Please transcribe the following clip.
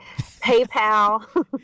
PayPal